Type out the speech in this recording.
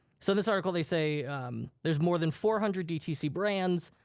so this article, they say there's more than four hundred dtc brands.